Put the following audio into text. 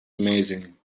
amazing